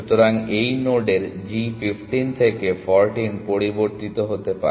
সুতরাং সেই নোডের g 15 থেকে 14 পরিবর্তিত হতে পারে